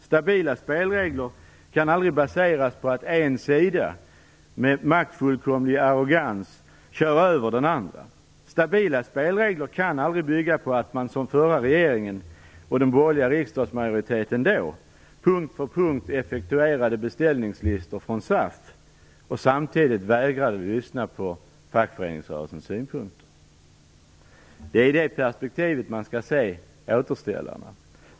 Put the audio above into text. Stabila spelregler kan aldrig baseras på att en sida med maktfullkomlig arrogans kör över den andra. Stabila spelregler kan aldrig bygga på att man som den förra regeringen och den dåvarande borgerliga riksdagsmajoriteten punkt för punkt effektuerade beställningslistor från SAF och samtidigt vägrade lyssna på fackföreningsrörelsens synpunkter. Det är i det perspektivet man skall se återställarna.